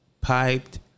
Piped